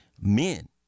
men